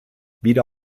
wieder